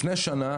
לפני שנה,